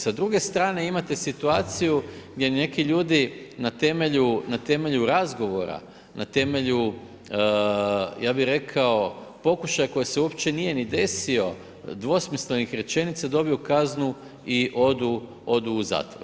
Sa druge strane imate situaciju gdje neki ljudi na temelju razgovora, na temelju ja bi rekao pokušaja koji se uopće nije ni desio, dvosmislenih rečenica dobiju kaznu i odu u zatvor.